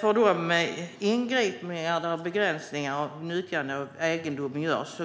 Herr talman! Vid ingripanden där begränsningar av nyttjande av egendom görs